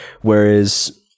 Whereas